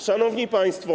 Szanowni Państwo!